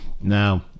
Now